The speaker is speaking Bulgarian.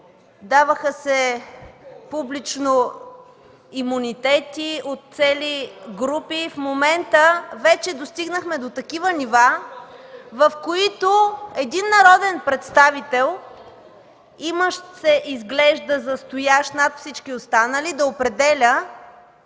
даваха се публично имунитети от цели групи... В момента вече достигнахме до такива нива, в които един народен представител, имащ се изглежда за стоящ над всички останали, да определя